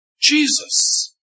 Jesus